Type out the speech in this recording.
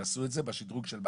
שעשו את זה בשדרוג של מה"ט.